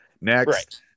next